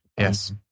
Yes